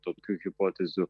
tokių hipotezių